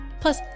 plus